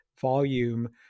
volume